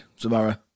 tomorrow